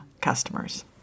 customers